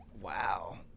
Wow